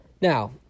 Now